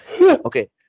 Okay